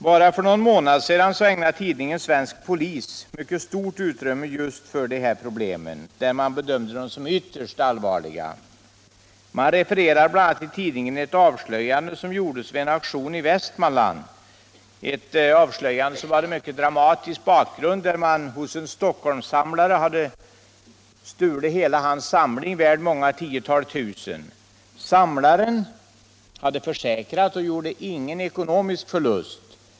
Bara för någon månad sedan ägnade tidskriften Svensk Polis mycket stort utrymme åt just de här problemen, och man bedömde dem som mycket allvarliga. Man refererade bl.a. till ett avslöjande som gjordes vid en auktion i Västmanland, ett avslöjande som har en mycket dramatisk bakgrund. Hos en Stockholmssamlare hade man stulit hela hans samling värd många tiotals tusen. Samlaren hade försäkrat och gjorde ingen ekonomisk förlust.